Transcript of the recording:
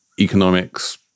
economics